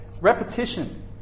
Repetition